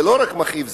ולא רק מכאיב,